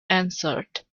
answered